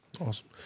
Awesome